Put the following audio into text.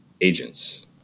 agents